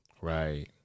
Right